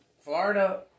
Florida